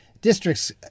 districts